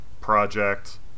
project